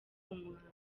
umuhanzi